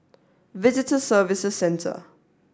visitor Services Center